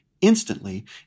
instantly